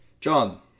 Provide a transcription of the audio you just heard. John